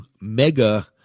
mega